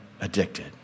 addicted